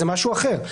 זה משהו אחר.